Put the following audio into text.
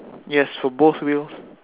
yes for both wheels